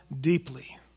deeply